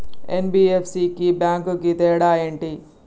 NBFC కి bank కి తేడా ఏంటి?